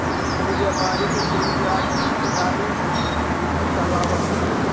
कोई व्यापारी के कोई ब्याज में हिस्सेदारी इक्विटी कहलाव हई